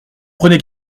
prenez